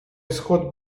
исход